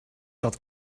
dat